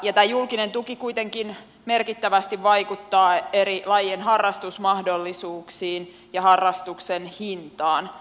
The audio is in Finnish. tämä julkinen tuki kuitenkin merkittävästi vaikuttaa eri lajien harrastusmahdollisuuksiin ja harrastuksen hintaan